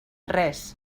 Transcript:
res